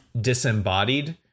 disembodied